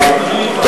אני מבקש ממך לעבור,